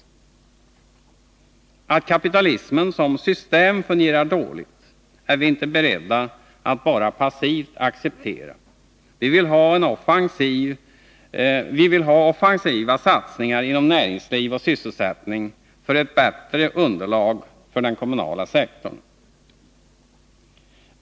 Att kapitalismen som system fungerar dåligt är vi inte beredda att bara helt passivt acceptera. Vi vill ha offensiva satsningar på näringsliv och sysselsättning för att åstadkomma ett bättre underlag för den kommunala sektorn.